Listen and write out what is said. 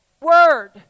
Word